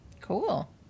Cool